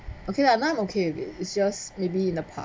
okay lah now I'm okay with it it's just maybe in the past